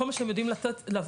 כל מה שאתם יודעים זה לבוא,